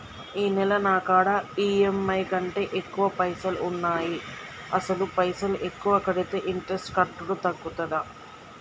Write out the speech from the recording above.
ఈ నెల నా కాడా ఈ.ఎమ్.ఐ కంటే ఎక్కువ పైసల్ ఉన్నాయి అసలు పైసల్ ఎక్కువ కడితే ఇంట్రెస్ట్ కట్టుడు తగ్గుతదా?